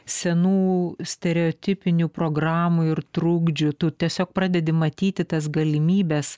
senų stereotipinių programų ir trukdžių tu tiesiog pradedi matyti tas galimybes